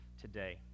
today